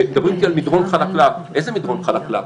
כשמדברים איתי על מדרון חלקלק איזה מדרון חלקלק?